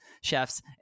chefs